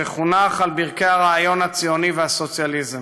וחונך על ברכי הרעיון הציוני והסוציאליזם.